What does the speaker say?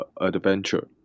adventure